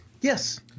yes